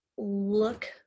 look